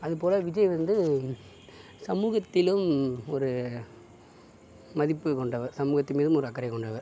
அதுபோல் விஜய் வந்து சமூகத்திலும் ஒரு மதிப்பு கொண்டவர் சமூகத்தின் மீதும் ஒரு அக்கறை கொண்டவர்